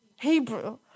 Hebrew